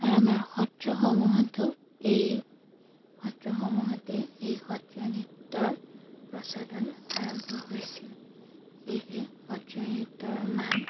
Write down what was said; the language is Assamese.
আৰু আমাৰ সত্ৰসমূহতো এই সত্ৰসমূহতেই এই সত্ৰীয়া নৃত্যৰ প্ৰচলন আৰম্ভ হৈছিল সেয়েহে সত্ৰীয়া নৃত্যৰ মান